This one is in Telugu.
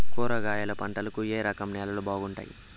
కూరగాయల పంటలకు ఏ రకం నేలలు బాగుంటాయి?